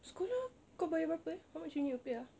sekolah kau bayar berapa eh how much you need to pay ah